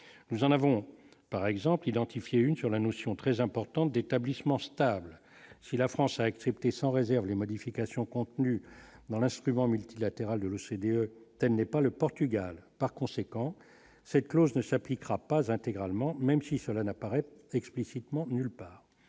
nous en avons par exemple identifier une sur la notion très importante d'établissement stable si la France avec. C'était sans réserve les modifications contenues dans l'instrument multilatéral de l'OCDE, elle n'est pas le Portugal par conséquent cette clause ne s'appliquera pas intégralement, même si cela n'apparaît pas explicitement nulle part,